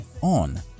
on